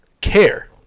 care